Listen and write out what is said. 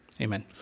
Amen